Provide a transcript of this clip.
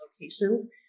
locations